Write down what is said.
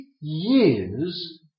years